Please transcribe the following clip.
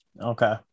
Okay